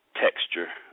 texture